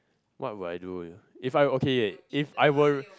what would I do ah if I okay if I were